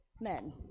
men